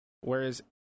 Whereas